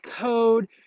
code